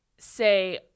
Say